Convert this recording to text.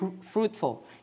fruitful